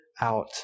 out